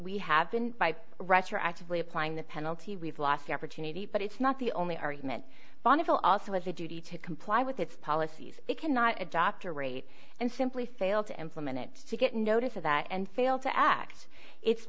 we have been by retroactively applying the penalty we've lost the opportunity but it's not the only argument bonneville also has a duty to comply with its policies it cannot a doctor rate and simply fail to implement it to get notice of that and fail to a